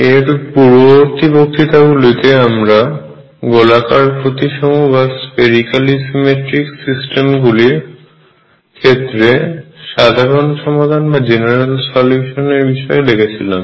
এর পূর্ববর্তী বক্তৃতা গুলিতে আমরা গোলাকার প্রতিসম সিস্টেম গুলির ক্ষেত্রে সাধারণ সমাধানের বিষয়ে দেখেছিলাম